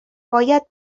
باید